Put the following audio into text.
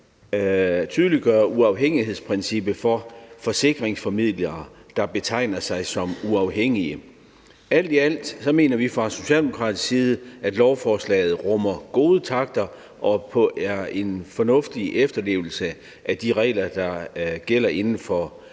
tydeliggøre uafhængighedsprincippet for forsikringsformidlere, der betegner sig som uafhængige. Alt i alt mener vi fra Socialdemokratiets side, at lovforslaget rummer gode takter og er en fornuftig efterlevelse af de regler, der gælder inden for